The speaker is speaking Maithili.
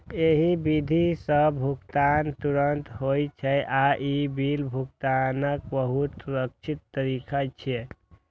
एहि विधि सं भुगतान तुरंत होइ छै आ ई बिल भुगतानक बहुत सुरक्षित तरीका छियै